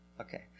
Okay